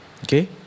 Okay